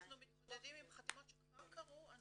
אנחנו מתמודדים עם חתימות שכבר קרו,